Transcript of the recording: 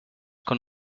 con